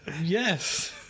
Yes